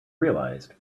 realized